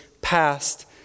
past